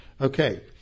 Okay